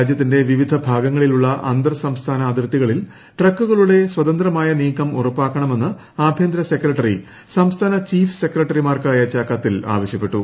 രാജ്യത്തിന്റെ വിവിധ ഭാഗങ്ങളിലുള്ള അന്തർ സംസ്ഥാന അതിർത്തികളിൽ ട്രക്കുകളുടെ സ്വതന്ത്രമായ നീക്കം ഉറപ്പാക്കണമെന്ന് ആഭ്യന്തര സെക്രട്ടറി സംസ്ഥാന ചീഫ് സെക്രട്ടറിമാർക്ക് അയച്ച കത്തിൽ ആവശ്യപ്പെട്ടു